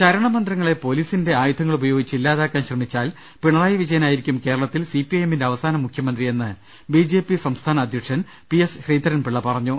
ശരണമന്ത്രങ്ങളെ പൊലീസിന്റെ ആയുധങ്ങളുപയോഗിച്ച് ഇല്ലാതാക്കാൻ ശ്രമിച്ചാൽ പിണറായി വിജയനായിരിക്കും കേരളത്തിൽ സി പി ഐ എമ്മിന്റെ അവസാന മുഖ്യമന്ത്രി യെന്ന് ബി ജെ പി സംസ്ഥാന അധ്യക്ഷൻ പി എസ് ശ്രീധ രൻപിള്ള പറഞ്ഞു